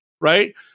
right